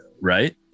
right